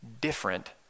different